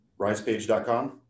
risepage.com